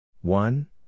one